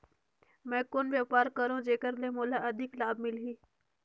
मैं कौन व्यापार करो जेकर से मोला अधिक लाभ मिलही?